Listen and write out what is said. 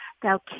thou